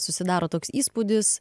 susidaro toks įspūdis